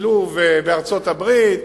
השילוב בארצות-הברית.